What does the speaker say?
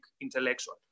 intellectual